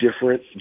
different